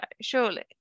surely